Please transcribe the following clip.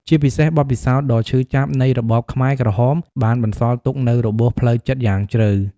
ជាពិសេស បទពិសោធន៍ដ៏ឈឺចាប់នៃរបបខ្មែរក្រហម បានបន្សល់ទុកនូវរបួសផ្លូវចិត្តយ៉ាងជ្រៅ។